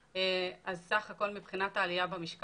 סך הכול מבחינת העלייה במשק,